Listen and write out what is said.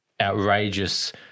outrageous